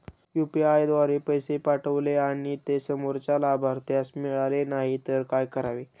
UPI द्वारे पैसे पाठवले आणि ते समोरच्या लाभार्थीस मिळाले नाही तर काय करावे?